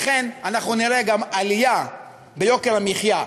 לכן אנחנו נראה גם עלייה ביוקר המחיה,